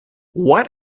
what